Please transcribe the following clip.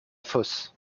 fosse